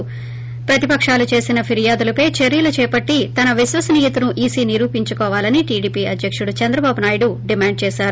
ి ప్రతిపకాలు చేసిన ఫిర్యాదులపై చర్యలు చేపట్టి తన విశ్వసనీయతను ఈసీ నిరూపించుకోవాలని టీడీపీ అధ్యకుడు చంద్రబాబు నాయుడు డిమాండ్ చేశారు